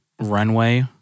runway